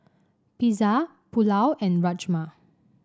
Pizza Pulao and Rajma